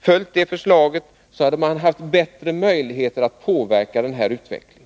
följt det förslaget, skulle vi ha haft bättre möjligheter att påverka denna utveckling.